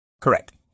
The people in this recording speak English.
Correct